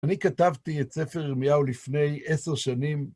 אני כתבתי את ספר ירמיהו לפני עשר שנים.